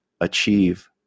achieve